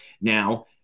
Now